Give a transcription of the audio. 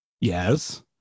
Yes